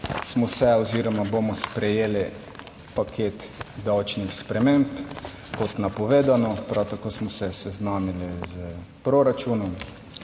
smo se oziroma bomo sprejeli paket davčnih sprememb kot napovedano. Prav tako smo se seznanili s proračunom